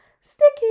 sticky